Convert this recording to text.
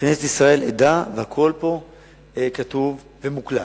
כנסת ישראל עדה, והכול פה כתוב ומוקלט,